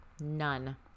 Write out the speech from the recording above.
None